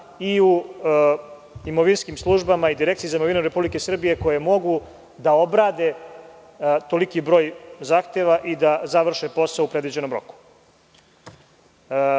i u imovinskim službama, i Direkciji za imovinu Republike Srbije koja mogu da obrade toliki broj zahteva i da završe posao u predviđenom roku. Upis